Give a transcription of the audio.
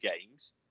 games